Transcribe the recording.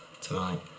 tonight